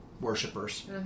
Worshippers